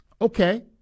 Okay